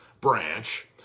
Branch